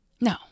No